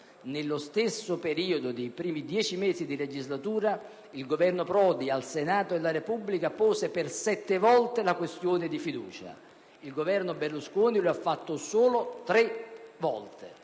Nello stesso periodo dei primi dieci mesi di legislatura, il Governo Prodi al Senato della Repubblica pose sette volte la questione di fiducia; il governo Berlusconi l'ha fatto solo tre volte.